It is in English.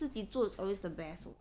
自己做 is always the best